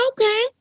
okay